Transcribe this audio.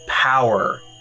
power